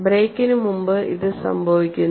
ബ്രേക്കിന് മുമ്പ് ഇത് സംഭവിക്കുന്നു